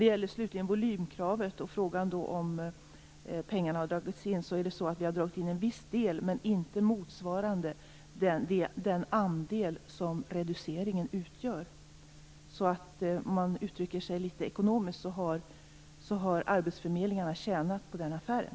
Beträffande volymkravet och frågan om pengarna har dragits in, har vi dragit in en viss del men inte motsvarande den andel som reduceringen utgör. Om man uttrycker sig litet ekonomiskt har arbetsförmedlingarna tjänat på den affären.